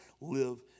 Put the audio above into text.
live